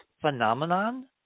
phenomenon